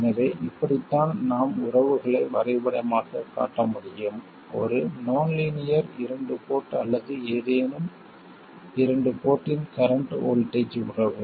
எனவே இப்படித்தான் நாம் உறவுகளை வரைபடமாக காட்ட முடியும் ஒரு நான் லீனியர் இரண்டு போர்ட் அல்லது ஏதேனும் இரண்டு போர்ட்டின் கரண்ட் வோல்ட்டேஜ் உறவு